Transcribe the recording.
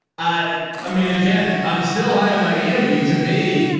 i ah mean, again, i'm still high on miami. to me,